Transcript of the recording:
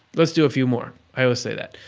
let's do a few more. i always say that.